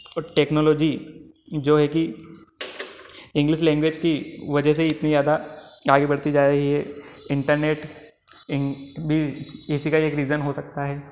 technology जो है कि इंग्लिश लैंग्वेज की वजह से इतनी ज़्यादा आगे बढ़ती जा रही है इंटरनेट भी इसी का एक रीजन हो सकता है